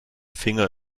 finger